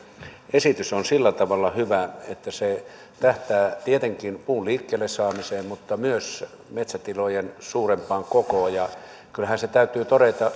esitys on sillä tavalla hyvä että se tähtää tietenkin puun liikkeelle saamiseen mutta myös metsätilojen suurempaan kokoon ja kyllähän se täytyy todeta